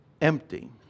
empty